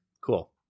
cool